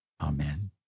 Amen